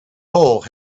hole